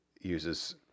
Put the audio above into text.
uses